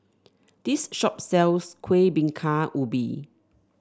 this shop sells Kuih Bingka Ubi